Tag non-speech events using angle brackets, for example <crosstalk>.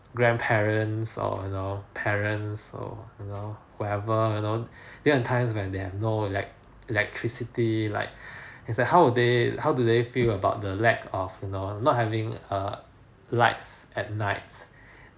grandparents or you know parents so you know whoever you know <breath> there are times when there have no elec~ electricity like <breath> is like how would they how do they feel about lack of you know having uh lights at nights <breath>